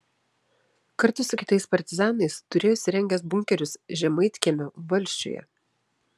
kartu su kitais partizanais turėjo įsirengęs bunkerius žemaitkiemio valsčiuje